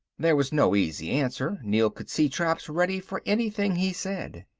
there was no easy answer, neel could see traps ready for anything he said.